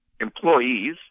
employees